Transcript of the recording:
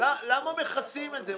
למה מכסים את זה?